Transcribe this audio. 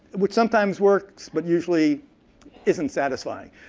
it but sometimes works, but usually isn't satisfying.